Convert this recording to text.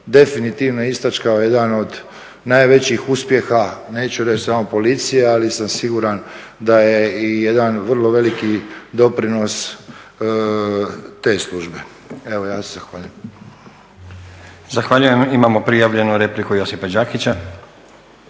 definitivno istači kao jedan od najvećih uspjeha, neću reći samo policije ali sam siguran da je i jedan vrlo veliki doprinos te službe. Evo ja se zahvaljujem. **Stazić, Nenad (SDP)** Zahvaljujem. Imamo prijavljenu repliku Josipa Đakića.